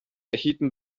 erhielten